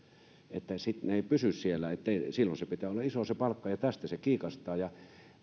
sitten he eivät pysy siellä silloin pitää olla iso se palkka ja tästä se kiikastaa